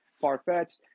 far-fetched